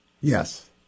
Yes